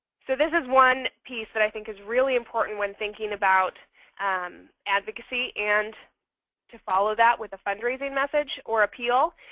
so this is one piece that i think is really important when thinking about advocacy, and to follow that with a fundraising message or appeal,